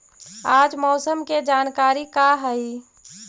आज मौसम के जानकारी का हई?